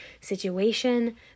situation